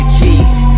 Cheese